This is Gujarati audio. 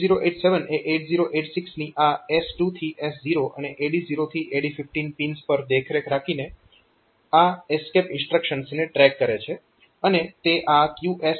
8087 એ 8086 ની આ S2 થી S0 અને AD0 થી AD15 પિન્સ પર દેખરેખ રાખીને આ ESC ઇન્સ્ટ્રક્શન્સને ટ્રેક કરે છે